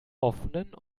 offenen